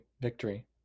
victory